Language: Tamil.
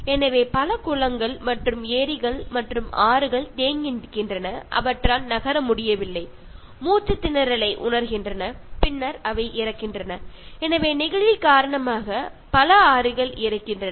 எனவே பல குளங்கள் மற்றும் ஏரிகள் மற்றும் ஆறுகள் தேங்கி நிற்கின்றன அவற்றால் நகர முடியவில்லை மூச்சுத் திணறலை உணர்கின்றன பின்னர் அவை இறக்கின்றன எனவே நெகிழி காரணமாக ஆறுகள் இறக்கின்றன